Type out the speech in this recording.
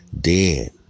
dead